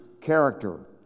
character